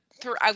throughout